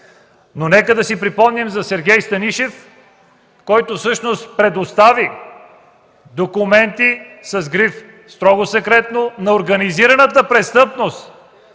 Но нека да си припомним за Сергей Станишев, който всъщност предостави документи с гриф „строго секретно” на организираната престъпност.